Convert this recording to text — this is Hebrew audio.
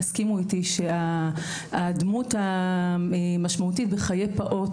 יסכימו איתי שהדמות המשמעותית בחיי פעוט